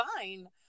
fine